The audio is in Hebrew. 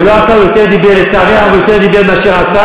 חבר'ה, הוא לא עשה.